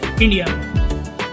India